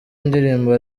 ndirimbo